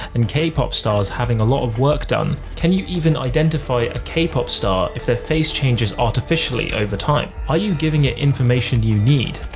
and k-pop stars having a lot of work done, can you even identify a k-pop star if their face changes artificially over time? are you giving it information you need?